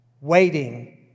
waiting